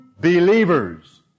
believers